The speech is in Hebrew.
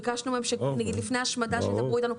ביקשנו מהם שלפני השמדה שידברו איתנו.